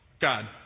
God